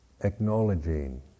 acknowledging